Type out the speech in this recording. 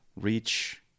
reach